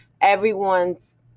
everyone's